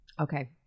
Okay